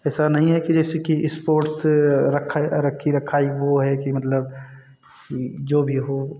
ऐसा नहीं है कि जैसे कि इस्पोर्ट्स रखा रखी रखाइ वो है कि मतलब जो भी हो